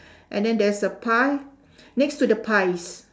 and then there's a pie next to the pies